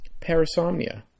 parasomnia